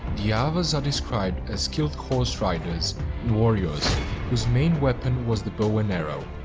the avars are described as skilled horse riders and warriors whose main weapon was the bow and arrow.